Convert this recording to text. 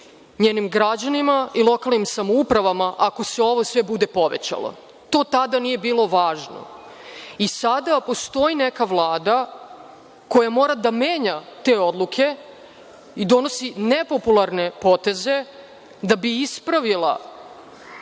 njenim građanima i lokalnim samoupravama ako se ovo sve bude povećalo. To tada nije bilo važno. Sada postoji neka Vlada koja mora da menja te odluke i donosi nepopularne poteze, da bi ispravila